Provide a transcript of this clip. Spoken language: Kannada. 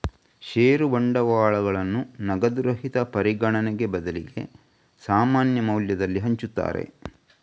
ಷೇರು ಬಂಡವಾಳಗಳನ್ನ ನಗದು ರಹಿತ ಪರಿಗಣನೆಗೆ ಬದಲಿಗೆ ಸಾಮಾನ್ಯ ಮೌಲ್ಯದಲ್ಲಿ ಹಂಚುತ್ತಾರೆ